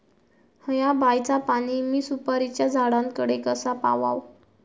हया बायचा पाणी मी सुपारीच्या झाडान कडे कसा पावाव?